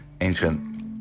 ancient